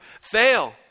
fail